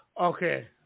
okay